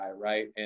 right